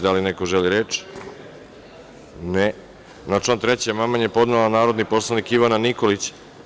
Da li neko želi reč? (Ne) Na član 3. amandman je podnela narodni poslanik Ivana Nikolić.